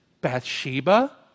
Bathsheba